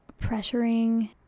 pressuring